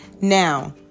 now